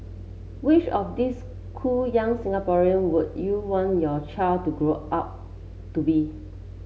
which of these cool young Singaporean would you want your child to grow up to be